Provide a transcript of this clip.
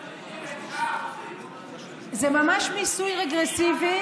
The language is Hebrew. זה ממש מיסוי רגרסיבי.